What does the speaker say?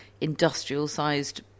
industrial-sized